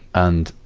and,